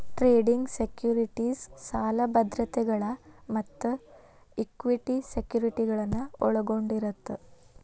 trading securities ಸಾಲ ಭದ್ರತೆಗಳ ಮತ್ತ ಇಕ್ವಿಟಿ ಸೆಕ್ಯುರಿಟಿಗಳನ್ನ ಒಳಗೊಂಡಿರತ್ತ